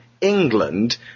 England